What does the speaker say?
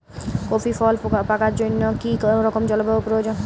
Coffee ফল পাকার জন্য কী রকম জলবায়ু প্রয়োজন?